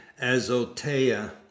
azotea